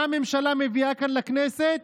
מה הממשלה מביאה כאן לכנסת?